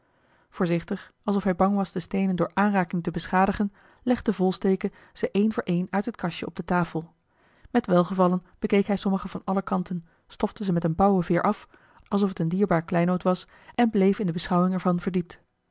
voorzichtig alsof hij bang was de steenen door aanraking te beschadigen legde volsteke ze éen voor éen uit het kastje op de tafel met welgevallen bekeek hij sommige van alle kanten stofte ze met eene pauweveer af alsof het een dierbaar kleinood was en bleef in de beschouwing er van verdiept